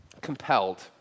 compelled